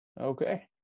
Okay